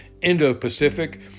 Indo-Pacific